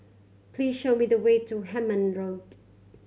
please show me the way to Hemmant Road